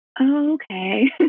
okay